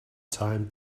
time